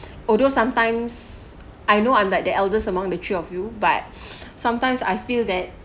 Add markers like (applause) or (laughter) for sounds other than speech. although sometimes I know I'm like the eldest among the three of you but (breath) sometimes I feel that